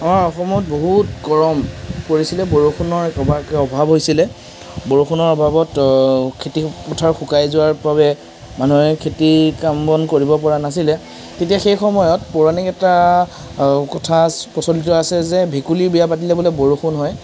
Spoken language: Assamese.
আমাৰ অসমত বহুত গৰম পৰিছিলে বৰষুণৰ অভাৱ হৈছিলে বৰষুণৰ অভাৱত খেতি পথাৰ শুকাই যোৱাৰ বাবে মানুহে খেতি কাম বন কৰিবপৰা নাছিলে তেতিয়া সেই সময়ত পৌৰাণিক এটা কথা প্ৰচলিত আছে যে ভেকুলীৰ বিয়া পাতিলে বোলে বৰষুণ হয়